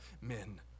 men